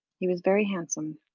he was very handsome.